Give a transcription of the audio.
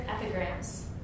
epigrams